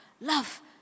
love